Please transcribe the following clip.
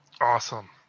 Awesome